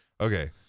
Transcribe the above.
Okay